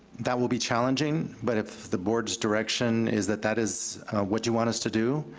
that will be challenging, but if the board's direction is that that is what you want us to do,